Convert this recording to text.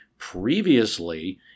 Previously